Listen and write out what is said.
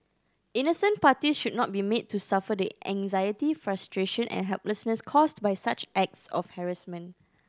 innocent parties should not be made to suffer the anxiety frustration and helplessness caused by such acts of harassment